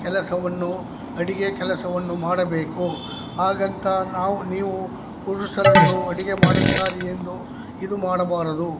ಕೆಲಸವನ್ನು ಅಡುಗೆ ಕೆಲಸವನ್ನು ಮಾಡಬೇಕು ಹಾಗಂತ ನಾವು ನೀವು ಪುರುಷರನ್ನು ಅಡುಗೆ ಮಾಡುತ್ತಾರೆ ಎಂದು ಇದು ಮಾಡಬಾರದು